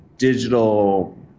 digital